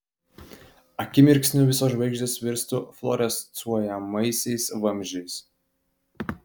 akimirksniu visos žvaigždės virstų fluorescuojamaisiais vamzdžiais